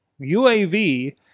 UAV